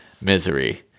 misery